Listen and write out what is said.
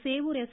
Sevur S